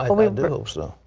i do hope so.